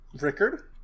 Rickard